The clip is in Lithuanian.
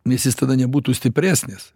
nes jis tada nebūtų stipresnis